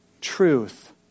truth